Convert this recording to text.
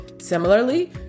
Similarly